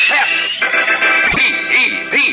Pep